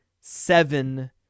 seven